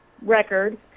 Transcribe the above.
record